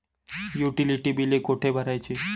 Utility बिले कुठे भरायची?